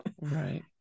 right